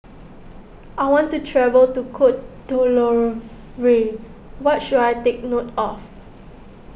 I want to travel to Cote D'Ivoire what should I take note of